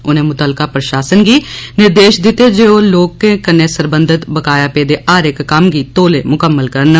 उनें मुत्तलका प्रशासन गी निर्देश दित्ते जे लोकें सरबंधत बकाया पेदे हर इक कम्म गी तौले मुकम्मल करन